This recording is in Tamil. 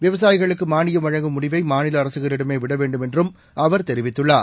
விவசாயிகளுக்கு மானியம் வழங்கும் முடிவை மாநில அரசுகளிடமே விட வேண்டுமென்றும் அவர் தெரிவித்துள்ளார்